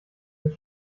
des